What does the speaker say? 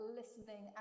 listening